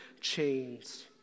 chains